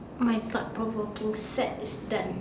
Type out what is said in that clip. my thought provoking set is done